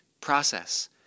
process